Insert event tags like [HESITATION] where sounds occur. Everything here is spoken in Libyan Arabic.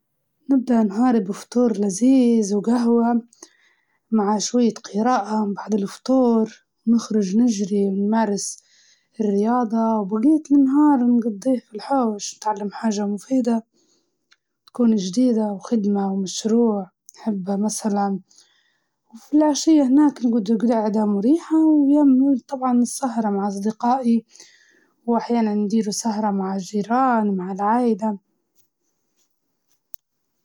ننهض الصبح على ريحة القهوة، نبدأ يومي برياضة خفيفة، بعدها نطلع لمكان حلو ومع صديقاتي وصحباتي وأهلي سواء بمطعم جديد أو مكان طبيعي، وفي الليل نرجع البيت نسترخي، و نريح، [HESITATION] نجرأ كتاب ونشوف فيلم.